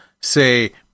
say